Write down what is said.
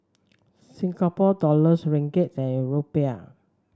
Singapore Dollars Ringgit and Rupee